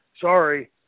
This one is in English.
Sorry